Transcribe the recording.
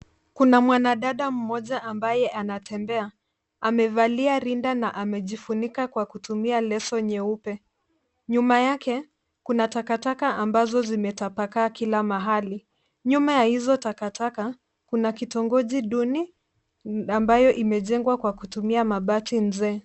Kuna mwanadada mmoja ambaye anatembea. Amevalia rinda na amejifunika kwa kutumia leso nyeupe. Nyuma yake, kuna takataka ambazo zimetapakaa kila mahali. Nyuma ya hizo takataka, kuna kitongoji duni ambayo imejengwa kwa kutumia mabati nzee.